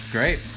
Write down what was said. Great